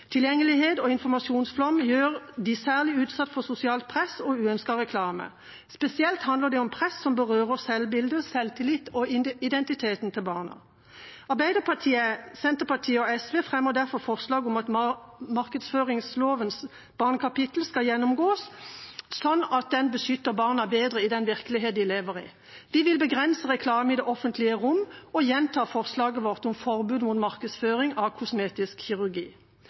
Tilgjengelighet og informasjonsflom gjør dem særlig utsatt for sosialt press og uønsket reklame. Spesielt handler det om press som berører selvbilde, selvtillit og barnas identitet. Arbeiderpartiet, Senterpartiet og SV fremmer derfor forslag om at markedsføringslovens barnekapittel skal gjennomgås, slik at den beskytter barna bedre i den virkeligheten de lever i. Vi vil begrense reklamen i det offentlige rom og gjentar forslaget vårt om forbud mot markedsføring av kosmetisk kirurgi.